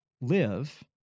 Live